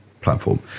platform